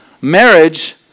marriage